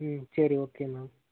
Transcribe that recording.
ம் சரி okay ma'am